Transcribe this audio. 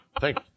Thank